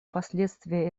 последствия